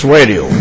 Radio